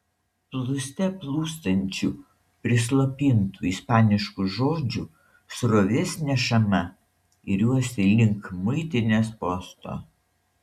plūste plūstančių prislopintų ispaniškų žodžių srovės nešama iriuosi link muitinės posto